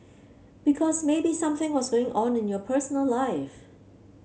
because maybe something was going on in your personal life